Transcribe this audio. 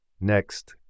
Next